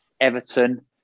Everton